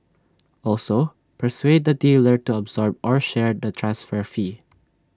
also persuade the dealer to absorb or share the transfer fee